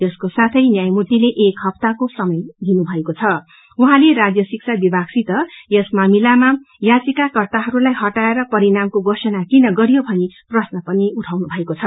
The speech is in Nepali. यसको साथै न्यायमूर्तिले एक हप्ताहाके समय दिएर राज्य शिक्षा विभागसित यस मामिलामा याचाकाकर्ताहरूलाई हटाएर परिणामको घोषणा किन गरियो भनी प्रश्न पनिउठाएको छ